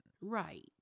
Right